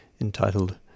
Entitled